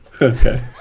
Okay